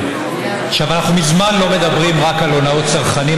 אנחנו מזמן לא מדברים רק על הונאות צרכנים